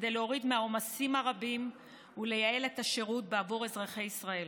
כדי להוריד מהעומסים הרבים ולייעל את השירות בעבור אזרחי ישראל.